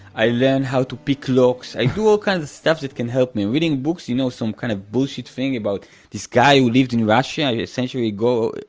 i learn how to pick locks. i do all kinds of stuff that can help me. reading books, you know some kind of bullshit thing about this guy who lived in russia a century ago,